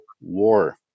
War